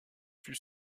fut